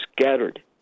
scattered